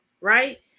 right